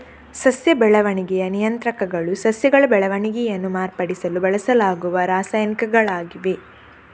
ಸಸ್ಯ ಬೆಳವಣಿಗೆಯ ನಿಯಂತ್ರಕಗಳು ಸಸ್ಯಗಳ ಬೆಳವಣಿಗೆಯನ್ನ ಮಾರ್ಪಡಿಸಲು ಬಳಸಲಾಗುವ ರಾಸಾಯನಿಕಗಳಾಗಿವೆ